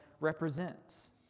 represents